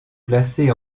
placées